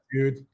Dude